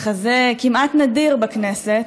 מחזה כמעט נדיר בכנסת,